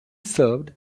served